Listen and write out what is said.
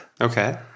okay